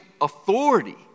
authority